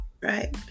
right